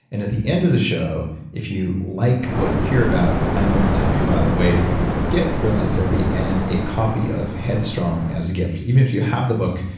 and at the end of the show if you like what you hear about, i'm going to tell you about a way that you can get red light therapy and a copy of head strong as a gift. even if you have the book,